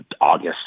August